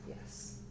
Yes